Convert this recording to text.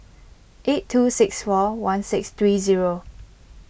eight two six four one six three zero